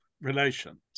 relations